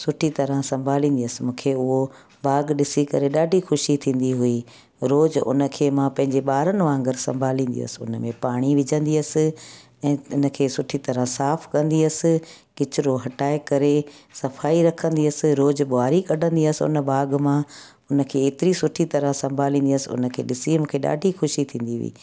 सुठी तरहं सम्बभालींदी हुअसि मूंखे उहो बाग़ु ॾिसी करे ॾाढी ख़ुशी थींदी हुई रोज़ु उन खे मां पंहिंजे ॿारनि वांगुरु सम्भालींदी हुअसि उन में पाणी विझंदी हुअसि ऐं इन खे सुठी तरह साफ़ु कंदी हुअसि किचिरो हटाए करे सफ़ाई रखंदी हस रोज ॿहारी कढंदी हस उन बाग मां उन खे एतिरी सुठि तरह सम्भालींदी हुअसि उन खे ॾिसी मूंखे ॾढी ख़ुशी थींदी हुई